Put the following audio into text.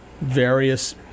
various